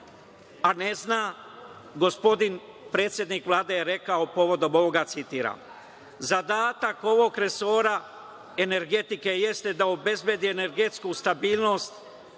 a ne zna, gospodin predsednik Vlade je rekao povodom ovoga: „Zadatak ovog resora energetike jeste da obezbedi energetsku stabilnost